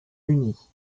unie